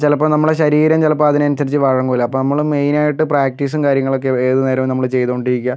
ചിലപ്പം നമ്മളുടെ ശരീരം ചിലപ്പോൾ അതിനനുസരിച്ച് വഴങ്ങില്ല അപ്പം നമ്മൾ മെയ്നായിട്ട് പ്രാക്റ്റീസും കാര്യങ്ങളൊക്കെ ഏത് നേരവും നമ്മൾ ചെയ്തുകൊണ്ടേ ഇരിക്കുക